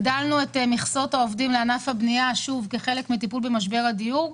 הגדלנו את מכסות העובדים לענף הבנייה כחלק מטיפול במשבר הדיור.